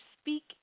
speak